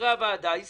מחברי הוועדה, ישמח.